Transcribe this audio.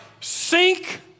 sink